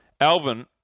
Alvin